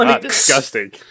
Disgusting